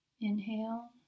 Inhale